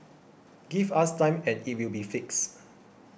give us time and it will be fixed